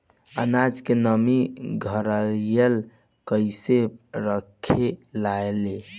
आनाज के नमी घरयीत कैसे परखे लालो?